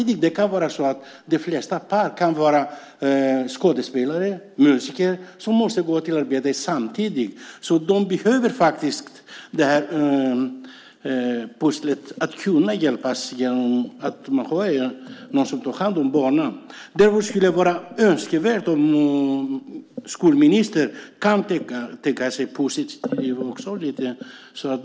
Det kan handla om par där båda är skådespelare eller musiker och måste gå till arbetet samtidigt. De behöver faktiskt hjälp med sitt pussel genom att någon tar hand om barnen. Det vore önskvärt om skolministern kunde tänka sig att vara lite positiv.